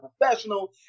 professional